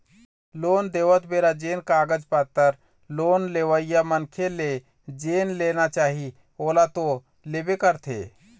loan देवत बेरा जेन कागज पतर लोन लेवइया मनखे ले जेन लेना चाही ओला तो लेबे करथे